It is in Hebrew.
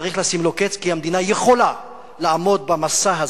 צריך לשים לו קץ, והמדינה יכולה לעמוד במשא הזה,